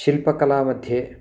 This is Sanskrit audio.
शिल्पकलामध्ये